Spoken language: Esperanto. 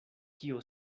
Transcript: kio